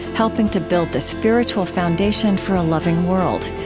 helping to build the spiritual foundation for a loving world.